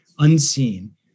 unseen